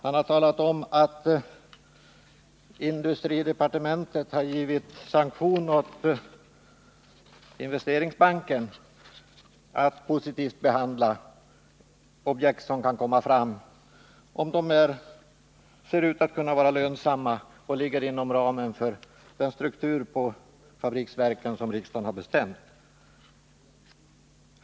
Han har också talat om att industridepartementet har gett sanktion åt Investeringsbanken att positivt behandla objekt som ser ut att kunna vara lönsamma och som ligger inom ramen för den struktur på fabriksverken som riksdagen har bestämt.